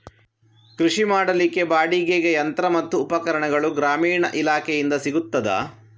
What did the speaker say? ಕೃಷಿ ಮಾಡಲಿಕ್ಕೆ ಬಾಡಿಗೆಗೆ ಯಂತ್ರ ಮತ್ತು ಉಪಕರಣಗಳು ಗ್ರಾಮೀಣ ಇಲಾಖೆಯಿಂದ ಸಿಗುತ್ತದಾ?